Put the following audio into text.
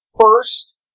first